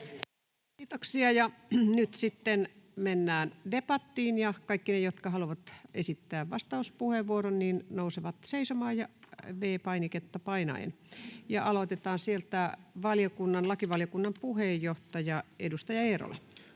Kiitoksia. — Ja nyt sitten mennään debattiin, ja kaikki ne, jotka haluavat esittää vastauspuheenvuoron, nousevat seisomaan V-painiketta painaen. — Ja aloitetaan, lakivaliokunnan puheenjohtaja, edustaja Eerola.